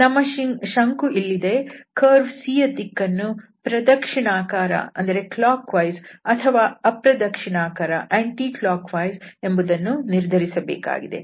ನಮ್ಮ ಶಂಕು ಇಲ್ಲಿದೆ ಕರ್ವ್ C ಯ ದಿಕ್ಕನ್ನು ಪ್ರದಕ್ಷಿಣಾಕಾರ ಅಥವಾ ಅಪ್ರದಕ್ಷಿಣಾಕಾರ ಎಂಬುದನ್ನು ನಿರ್ಧರಿಸಬೇಕಾಗಿದೆ